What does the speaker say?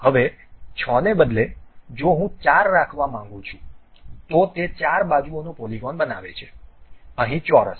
હવે 6 ને બદલે જો હું 4 રાખવા માંગું છું તો તે 4 બાજુઓનો પોલિગન બનાવે છે અહીં ચોરસ